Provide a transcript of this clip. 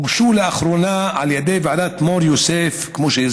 הוגשו לאחרונה המלצותיה של ועדת מור יוסף למיגור